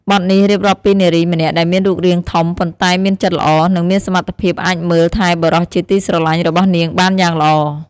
បទនេះរៀបរាប់ពីនារីម្នាក់ដែលមានរូបរាងធំ ប៉ុន្តែមានចិត្តល្អ និងមានសមត្ថភាពអាចមើលថែបុរសជាទីស្រឡាញ់របស់នាងបានយ៉ាងល្អ។